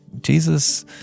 Jesus